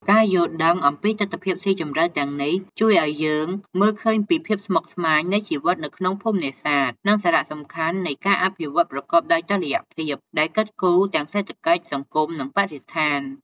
ការយល់ដឹងអំពីទិដ្ឋភាពស៊ីជម្រៅទាំងនេះ ជួយឱ្យយើងមើលឃើញពីភាពស្មុគស្មាញនៃជីវិតនៅក្នុងភូមិនេសាទ និងសារៈសំខាន់នៃការអភិវឌ្ឍន៍ប្រកបដោយតុល្យភាព ដែលគិតគូរទាំងសេដ្ឋកិច្ច សង្គម និងបរិស្ថាន។